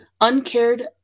uncared